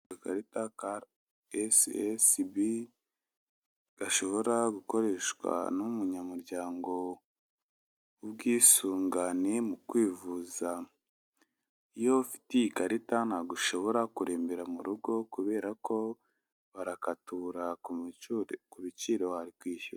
Agakarita ka esi esi bi gashobora gukoreshwa n'umunyamuryango w'ubwisungane mu kwivuza. Iyo ufite iyi karita ntabwoshobora kurembera mu rugo kubera ko barakatura ku biciro wari kwishyura.